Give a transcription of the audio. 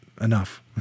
enough